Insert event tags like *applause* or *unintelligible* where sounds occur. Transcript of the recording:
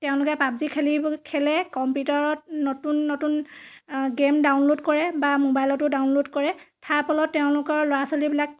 তেওঁলোকে পাবজি খেলি *unintelligible* খেলে কম্পিউটাৰত নতুন নতুন গেম ডাউনলোড কৰে বা মোবাইলতো ডাউনলোড কৰে তাৰ ফলত তেওঁলোকৰ ল'ৰা ছোৱালীবিলাক